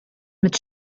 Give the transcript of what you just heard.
mit